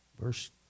Verse